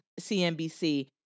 CNBC